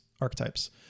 archetypes